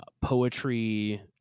poetry